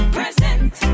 Present